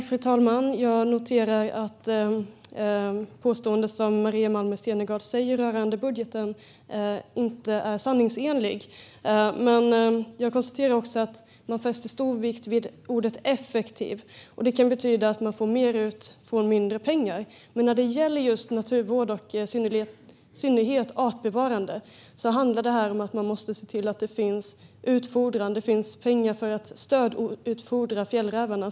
Fru talman! Maria Malmer Stenergards påstående rörande budgeten är inte sanningsenligt. Jag konstaterar också att man fäster stor vikt vid ordet effektiv. Det kan betyda att få ut mer av mindre pengar. Men när det gäller just naturvård och i synnerhet artbevarande handlar det om att se till att det finns utfodring och pengar för att stödutfodra fjällrävarna.